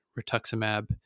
rituximab